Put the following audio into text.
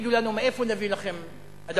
יגידו לנו: איפה נביא לכם אדמות?